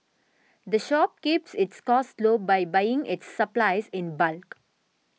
the shop keeps its costs low by buying its supplies in bulk